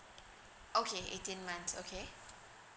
okay eighteen months okay